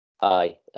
Aye